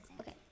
Okay